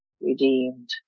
Redeemed